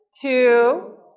two